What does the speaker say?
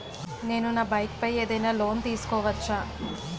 నేను నా బైక్ పై ఏదైనా లోన్ తీసుకోవచ్చా?